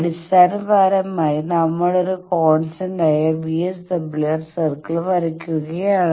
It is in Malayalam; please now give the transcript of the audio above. അടിസ്ഥാനപരമായി നമ്മൾ ഒരു കോൺസ്റ്റന്റായ VSWR സർക്കിൾ വരയ്ക്കുകയാണ്